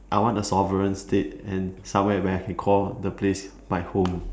I want a sovereign state and somewhere where I can call the place my home